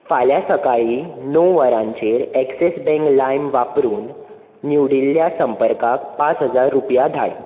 फाल्यां सकाळीं णव वरांचेर ऐक्सिस बँक लाइम वापरून निवडिल्ल्या संपर्काक पांच हजार रुपया धाड